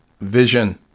vision